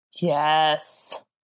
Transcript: Yes